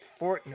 Fortnite